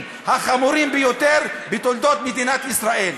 החמורים ביותר בתולדות מדינת ישראל.